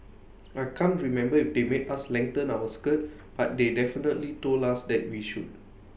I can't remember if they made us lengthen our skirt but they definitely told us that we should